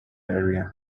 area